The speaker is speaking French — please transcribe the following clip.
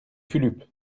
fulup